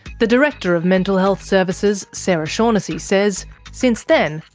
the director of mental health services sara shaughnessy says since then,